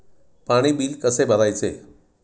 पाणी बिल कसे भरायचे?